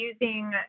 using